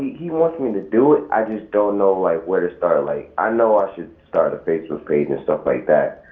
he wants me to do it. i just don't know like where to start. like i know i should start a facebook page and stuff like that,